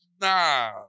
nah